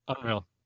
Unreal